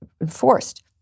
enforced